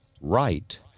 right